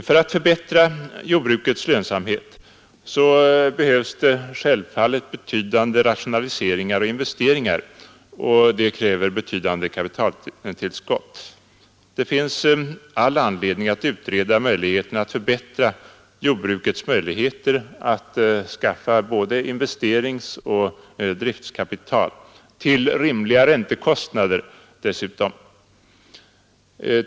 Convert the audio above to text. För att förbättra jordbrukets lönsamhet behövs det självfallet stora rationaliseringar och investeringar, och det kräver betydande kapitaltillskott. Det finns all anledning att utreda förutsättningarna för att förbättra jordbrukets möjligheter att skaffa både investeringsoch driftkapital — till rimliga räntekostnader dessutom.